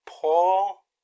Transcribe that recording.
Paul